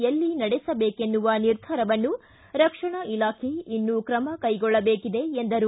ಎಲ್ಲಿ ನಡೆಸಬೇಕೆನ್ನುವ ನಿರ್ಧಾರವನ್ನು ರಕ್ಷಣಾ ಇಲಾಖೆ ಇನ್ನೂ ತ್ರಮ ಕೈಗೊಳ್ಳಬೇಕಿದೆ ಎಂದರು